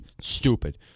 Stupid